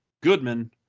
Goodman